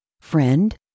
Friend